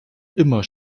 immer